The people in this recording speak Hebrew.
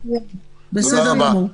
בסדר גמור.